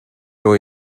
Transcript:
voy